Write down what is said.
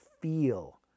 feel